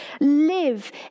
live